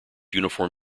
uniform